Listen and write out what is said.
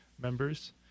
members